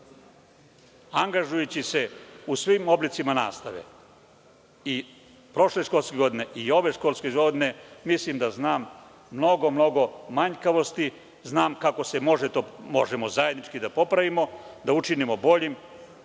Angažujući se u svim oblicima nastave, i prošle školske godine i ove školske godine, mislim da znam mnogo, mnogo manjkavosti, znam kako se to može popraviti, možemo to zajednički da popravimo, da učinimo boljim,